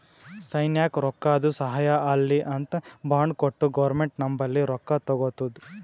ಸೈನ್ಯಕ್ ರೊಕ್ಕಾದು ಸಹಾಯ ಆಲ್ಲಿ ಅಂತ್ ಬಾಂಡ್ ಕೊಟ್ಟು ಗೌರ್ಮೆಂಟ್ ನಂಬಲ್ಲಿ ರೊಕ್ಕಾ ತಗೊತ್ತುದ